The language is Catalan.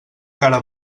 cara